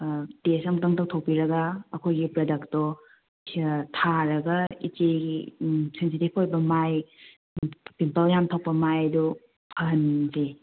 ꯑꯥ test ꯑꯃꯨꯛꯇꯪ ꯇꯧꯊꯣꯛꯄꯤꯔꯒ ꯑꯩꯈꯣꯏꯒꯤ ꯄ꯭ꯔꯗꯛꯇꯣ ꯊꯥꯔꯒ ꯏꯆꯦꯒꯤ ꯎꯝ ꯁꯦꯟꯁꯤꯇꯤꯕ ꯑꯣꯏꯕ ꯃꯥꯏ ꯄꯤꯝꯄꯜꯁ ꯌꯥꯝ ꯊꯣꯛꯄ ꯃꯥꯏꯗꯨ ꯐꯍꯟꯁꯦ